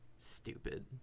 stupid